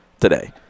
today